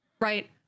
right